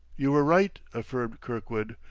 you were right, affirmed kirkwood,